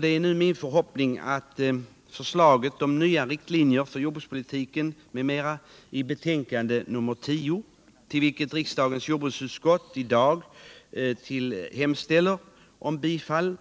Det är nu min förhoppning att förslaget om nya riktlinjer för jordbrukspolitiken m.m., till vilket riksdagens jordbruksutskott i sitt betänkande nr 10 hemställer om bifall,